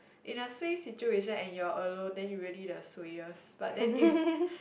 in a suay situation and you're alone then you really the suayest but then if